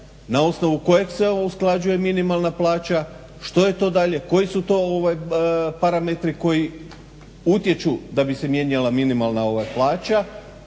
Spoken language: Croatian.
na osnovu kojeg se usklađuje minimalna plaća, što je to dalje, koji su to parametri koji utječu da bi se mijenjala minimalna plaća.